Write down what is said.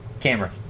camera